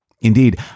Indeed